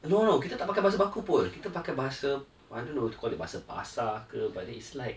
ah no no kita tak pakai bahasa baku pun kita pakai bahasa I don't know they call it bahasa pasar ke but they is like